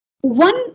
One